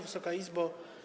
Wysoka Izbo!